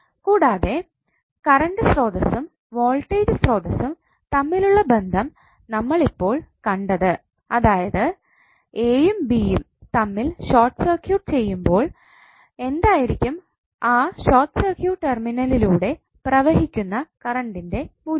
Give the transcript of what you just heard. കൂടാതെ കറണ്ട് സ്രോതസ്സും വോൾട്ടേജ് സ്രോതസ്സും തമ്മിലുള്ള ബന്ധം നമ്മൾ ഇപ്പോൾ കണ്ടത് അത് a യും b യും തമ്മിൽ ഷോർട്ട് സർക്യൂട്ട് ചെയ്യുമ്പോൾ എന്തായിരിക്കും ആ ഷോട്ട് സർക്യൂട്ട് ടെർമിനലിലൂടെ പ്രവഹിക്കുന്ന കറണ്ടിൻറെ മൂല്യം